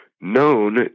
Known